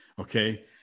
okay